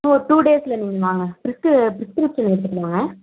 இன்னும் ஒரு டூ டேஸில் நீங்கள் வாங்க பிரிஸ்க்கிரிப்ஷன் எடுத்துகிட்டு வாங்க